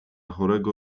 chorego